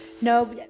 No